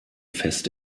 fest